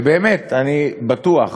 ובאמת, אני בטוח